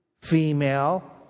female